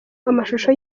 amashusho